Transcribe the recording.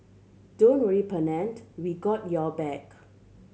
don't worry Pennant we got your back